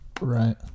Right